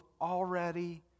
already